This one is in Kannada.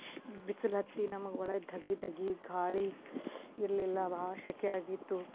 ಬಿಸ್ ಬಿಸಿಲತ್ತಿ ನಮಗೆ ಒಳಗೆ ಧಗೆ ಧಗೆ ಗಾಳಿ ಇರಲಿಲ್ಲ ಭಾಳ ಸೆಖೆಯಾಗಿತ್ತು